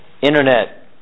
Internet